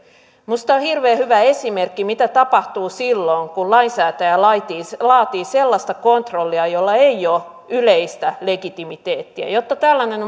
minusta tämä on hirveän hyvä esimerkki siitä mitä tapahtuu silloin kun lainsäätäjä laatii laatii sellaista kontrollia jolla ei ole yleistä legitimiteettiä jotta tällainen